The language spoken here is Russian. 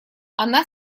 она